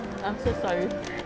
I'm so sorry